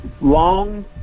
long